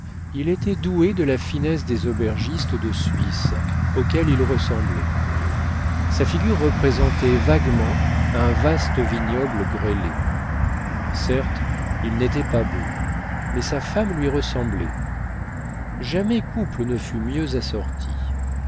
il était doué de la finesse des aubergistes de suisse auxquels il ressemblait sa figure représentait vaguement un vaste vignoble grêlé certes il n'était pas beau mais sa femme lui ressemblait jamais couple ne fut mieux assorti